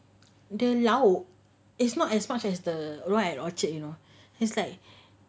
the lauk is not as much as the one at orchard you know it's like